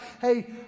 Hey